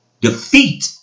defeat